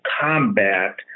combat